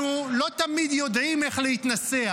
אנחנו לא תמיד יודעים איך להתנסח.